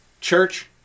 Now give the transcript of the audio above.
Church